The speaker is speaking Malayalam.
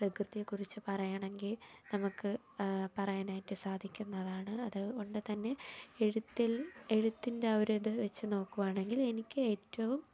പ്രകൃതിയെക്കുറിച്ച് പറയാണെങ്കിൽ നമുക്ക് പറയാനായിട്ട് സാധിക്കുന്നതാണ് അതുകൊണ്ട് തന്നെ എഴുത്തിൽ എഴുത്തിൻ്റെ ആ ഒരിതുവച്ച് നോക്കുവാണെങ്കിൽ എനിക്കേറ്റവും